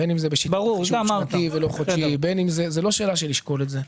בין אם זה בשיטת חישוב שנתית ולא חודשית זאת לא שאלה של לשקול את זה.